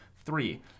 Three